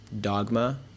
dogma